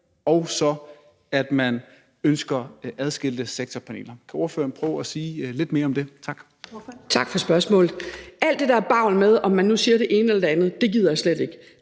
plan og ønsker adskilte sektorplaner? Kan ordføreren prøve at sige lidt mere om det? Tak.